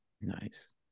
Nice